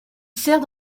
sert